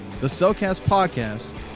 thecellcastpodcast